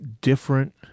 different